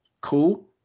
cool